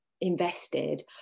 invested